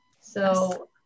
So-